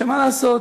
מה לעשות,